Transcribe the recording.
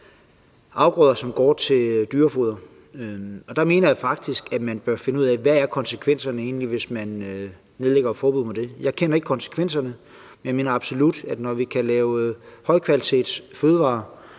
afgrøder, som går til dyrefoder. Der mener jeg faktisk, at man bør finde ud af, hvad konsekvenserne egentlig er, hvis man nedlægger et forbud mod det. Jeg kender ikke konsekvenserne, men jeg mener absolut, at man, når man kan lave højkvalitetsfødevarer